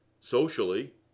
socially